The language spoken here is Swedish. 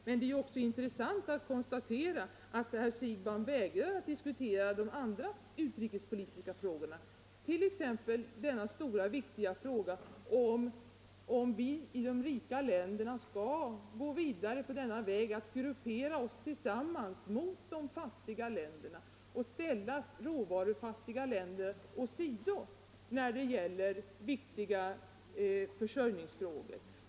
Men det är också intressant att konstatera att herr Siegbahn vägrar att debattera de andra utrikespolitiska frågorna, t.ex. den viktiga frågan, om vi i de rika länderna skall gå vidare på denna väg att gruppera oss tillsammans mot de fattiga länderna och ställa råvarufattiga länder åt sidan när det gäller viktiga försörjningsfrågor.